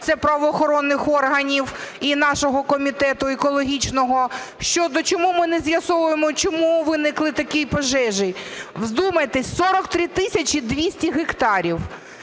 це правоохоронних органів і нашого комітету екологічного, щодо чому ми не з'ясовуємо, чому виникли такі пожежі. Вдумайтесь, 43 тисячі 200 гектарів,